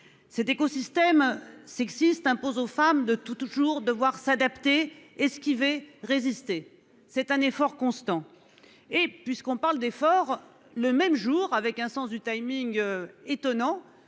cet écosystème sexistes impose aux femmes de tous toujours devoir s'adapter. Et ce qui v résister. C'est un effort constant et puisqu'on parle d'effort. Le même jour avec un sens du timing. Étonnant